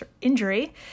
Injury